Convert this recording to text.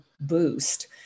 boost